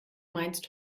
meinst